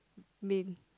bin